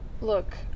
Look